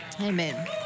amen